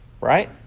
right